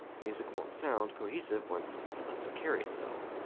the music won't sound cohesive once he lets it carry itself.